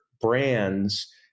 brands